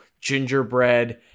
gingerbread